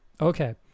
okay